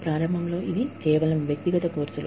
ప్రారంభంలో ఇది కేవలం వ్యక్తిగత కోర్సులు